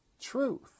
truth